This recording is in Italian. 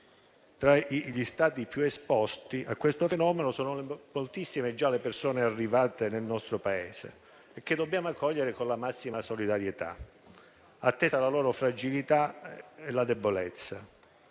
tra gli Stati più esposti a questo fenomeno, sono moltissime le persone già arrivate nel nostro Paese che dobbiamo accogliere con la massima solidarietà, attesa la loro fragilità e la loro debolezza.